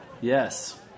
Yes